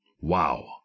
Wow